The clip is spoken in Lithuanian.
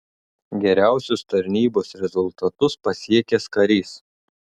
geriausius tarnybos rezultatus pasiekęs karys